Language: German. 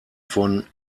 von